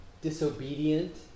disobedient